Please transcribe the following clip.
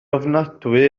ofnadwy